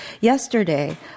Yesterday